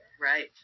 Right